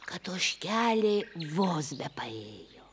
kad ožkelė vos bepaėjo